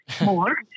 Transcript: more